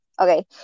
Okay